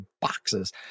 boxes